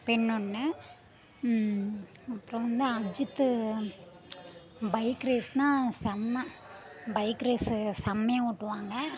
பெண் ஒன்று அப்றம் வந்து அஜித் பைக் ரேஸ்னால் செம்மை பைக் ரேசு செம்மையாக ஓட்டுவாங்க